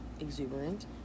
exuberant